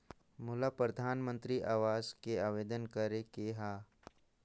मोला परधानमंतरी आवास बर आवेदन करे के हा?